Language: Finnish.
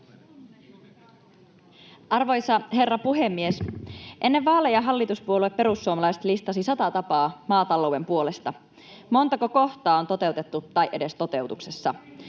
Arvoisa herra puhemies! Ennen vaaleja hallituspuolue perussuomalaiset listasi sata tapaa maatalouden puolesta. Montako kohtaa on toteutettu tai edes toteutuksessa?